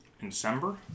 December